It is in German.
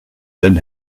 wenn